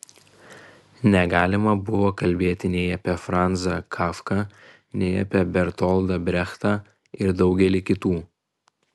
negalima buvo kalbėti nei apie franzą kafką nei apie bertoldą brechtą ir daugelį kitų